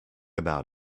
about